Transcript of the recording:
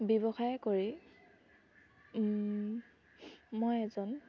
ব্যৱসায় কৰি মই এজন